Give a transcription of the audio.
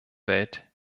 welt